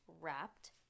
wrapped